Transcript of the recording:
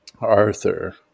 Arthur